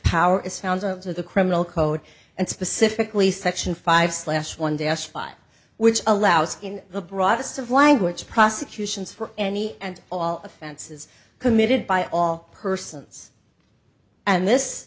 power is founder of the criminal code and specifically section five slash one dash five which allows in the broadest of language prosecutions for any and all offenses committed by all persons and this